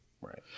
Right